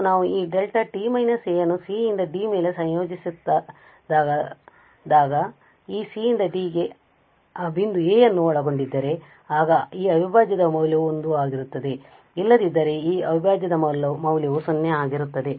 ಮತ್ತು ನಾವು ಈ δt − a ಅನ್ನು c ಯಿಂದ d ಮೇಲೆ ಸಂಯೋಜಿಸಿದಾಗತ್ತು ಈ c ಯಿಂದ d ಗೆ ಆ ಬಿಂದು a ಅನ್ನು ಒಳಗೊಂಡಿದ್ದರೆ ಆಗ ಈ ಅವಿಭಾಜ್ಯದ ಮೌಲ್ಯವು 1 ಆಗಿರುತ್ತದೆ ಇಲ್ಲದಿದ್ದರೆ ಈ ಅವಿಭಾಜ್ಯದ ಮೌಲ್ಯವು 0 ಆಗಿರುತ್ತದೆ